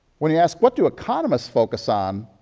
when he asks, iwhat do economists focus on